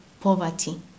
poverty